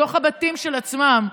בתוך הבתים של עצמם,